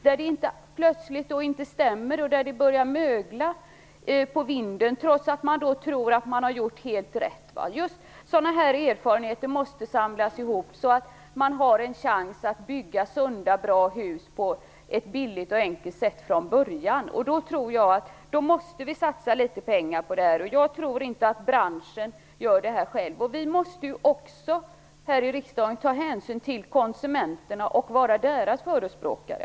Det visar sig då ibland att det plötsligt inte stämmer utan börjar mögla på vinden, trots att man tror att man gjort helt rätt. Sådana här erfarenheter måste samlas ihop, så att man har en chans att från början bygga sunda och bra hus på ett billigt och enkelt sätt. Då måste vi satsa litet pengar. Jag tror nämligen inte att branschen gör det här själv. Vi måste här i riksdagen också ta hänsyn till konsumenterna och vara deras förespråkare.